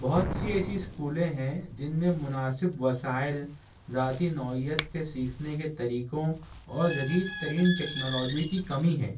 بہت سی ایسی اسکولیں ہیں جن میں مناسب وسائل ذاتی نوعیت کے سیکھنے کے طریقوں اور جدید ترین ٹکنالوجی کی کمی ہے